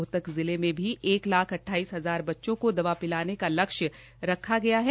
रोहतक जिले में भी एक लाख अट्ठाईस हजार बच्चों को दवा पिलाने का लक्ष्य रखा गया है